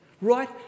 Right